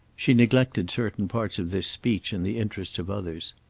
she neglected certain parts of this speech in the interest of others.